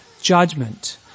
judgment